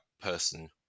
person